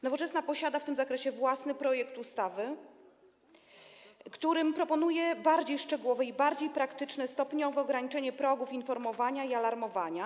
Nowoczesna posiada w tym zakresie własny projekt ustawy, w którym proponuje bardziej szczegółowe i bardziej praktyczne, stopniowe ograniczanie progów informowania i alarmowania.